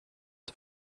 the